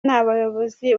n’abayobozi